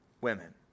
women